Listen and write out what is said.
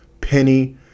penny